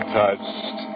touched